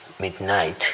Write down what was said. midnight